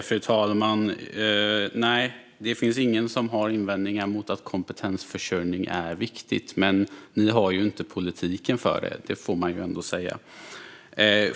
Fru talman! Nej, det finns ingen som har invändningar mot att kompetensförsörjning är viktigt. Men ni har ju inte politiken för det, får man ändå säga.